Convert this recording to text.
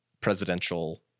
presidential